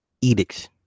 edicts